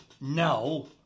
no